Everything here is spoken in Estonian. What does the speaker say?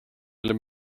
neile